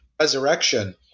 resurrection